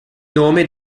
nome